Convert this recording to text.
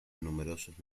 numerosos